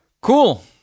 Cool